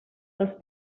dels